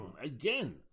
Again